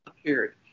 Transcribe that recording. appeared